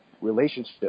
relationship